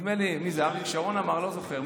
נדמה לי שאריק שרון אמר, לא זוכר.